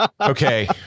Okay